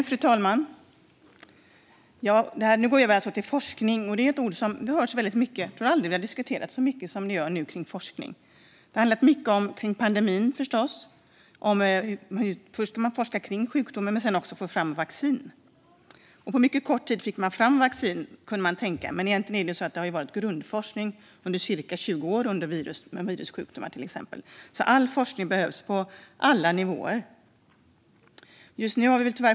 Fru talman! Forskning har nog aldrig diskuterats så mycket som nu. Det har förstås handlat mycket om pandemin, först om själva sjukdomen och sedan om att få fram vaccin. Man kan tänka att man fick fram vaccin på mycket kort tid, men egentligen har det gjorts grundforskning om virussjukdomar. All forskning på alla nivåer behövs alltså.